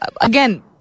Again